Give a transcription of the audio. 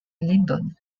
lyndon